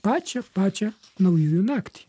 pačią pačią naujųjų naktį